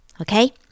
Okay